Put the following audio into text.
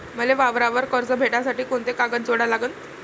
मले वावरावर कर्ज भेटासाठी कोंते कागद जोडा लागन?